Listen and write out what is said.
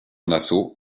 nassau